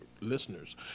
listeners